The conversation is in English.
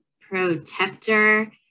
protector